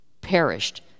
perished